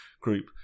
group